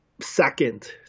second